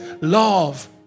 love